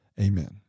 amen